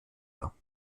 war